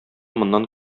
моннан